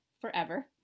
forever